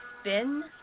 spin